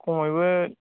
खमैबो